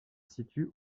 situe